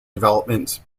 developments